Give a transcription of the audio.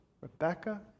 Rebecca